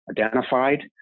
identified